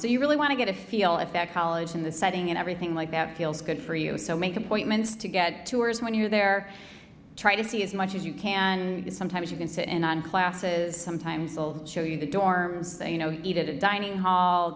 so you really want to get a feel if that college in the setting and everything like that feels good for you so make appointments to get tours when you're there try to see as much as you can sometimes you can sit in on classes sometimes i'll show you the dorms and you know eat at a dining hall